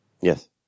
Yes